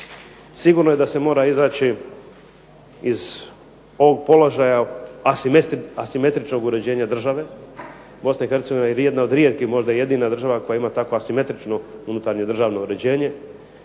Sigurno je da se mora izaći iz ovog položaja asimetričnog uređenja države. BiH je jedna od rijetkih ili možda i jedina država koja ima tako asimetrično unutarnje državno uređenje